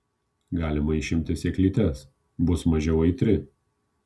galima išimti sėklytes bus mažiau aitri